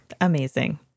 Amazing